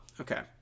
okay